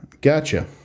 Gotcha